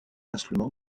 instrument